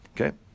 Okay